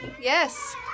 Yes